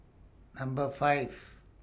Number five